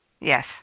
Yes